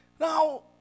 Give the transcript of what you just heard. Now